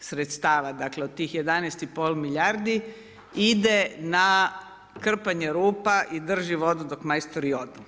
sredstava dakle od tih 11,5 milijardi ide na krpanje rupa i drži vodu dok majstori odu.